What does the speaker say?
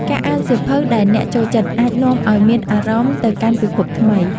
ការអានសៀវភៅដែលអ្នកចូលចិត្ត អាចនាំឲ្យមានអារម្មណ៍ទៅកាន់ពិភពថ្មី។